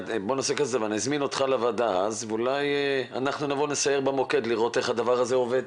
נזמין אותך לוועדה ואולי אנחנו נבוא לסייר במוקד לראות איך הדבר עובד.